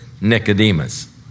Nicodemus